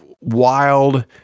wild